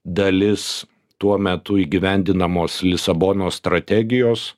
dalis tuo metu įgyvendinamos lisabonos strategijos